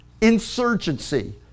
insurgency